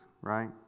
Right